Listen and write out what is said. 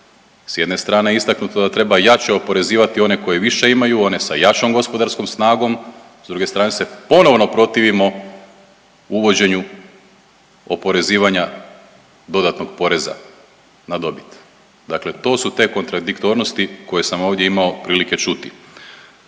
s jedne strane je istaknuto da treba jače oporezivati one koji više imaju, one sa jačom gospodarskom snagom, s druge strane se ponovno protivimo uvođenju oporezivanja dodatnog poreza na dobit, dakle to su te kontradiktornosti koje sam ovdje imao prilike čuti.